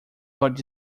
but